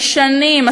ששנים,